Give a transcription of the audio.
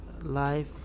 life